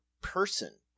person